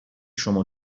شما